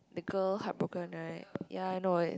the girl heartbroken right ya I know